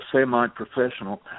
semi-professional